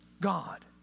God